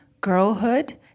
girlhood